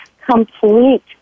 complete